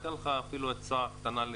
אני אפילו אתן לך עצה לייעול,